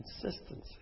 Consistency